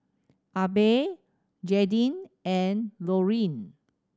Abe Jaydin and Lorine